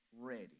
ready